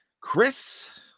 Chris